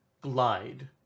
glide